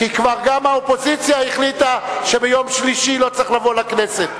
כי גם האופוזיציה כבר החליטה שביום שלישי לא צריך לבוא לכנסת.